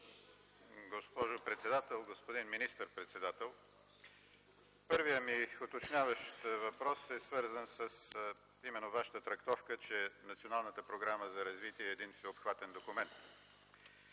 господин министър-председател, първият ми уточняващ въпрос е свързан именно с Вашата трактовка, че Националната програма за развитие е един всеобхватен документ.